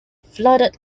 flooded